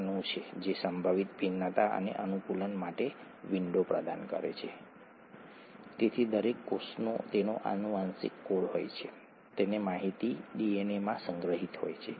ન્યુક્લિયોસાઇડમાં જો તમે ફોસ્ફેટ જૂથ ઉમેરો છો તો તે ન્યુક્લિઓટાઇડ બની જાય છે ઠીક છે